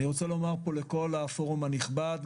אני רוצה לומר לכל הפורום הנכבד,